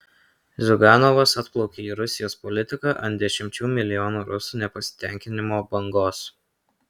ziuganovas atplaukė į rusijos politiką ant dešimčių milijonų rusų nepasitenkinimo bangos